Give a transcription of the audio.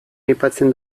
aipatzen